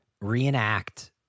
reenact